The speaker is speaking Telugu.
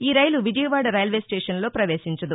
ఈ రైలు విజయవాడ రైల్వే స్టేషన్లో ప్రవేశించదు